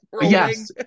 yes